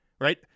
right